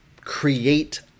create